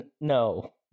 No